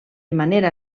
manera